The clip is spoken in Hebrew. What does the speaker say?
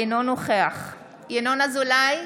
אינו נוכח ינון אזולאי,